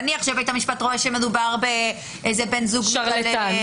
נאמר שהוא רואה שמדובר בבן זוג מתעלל.